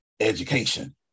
Education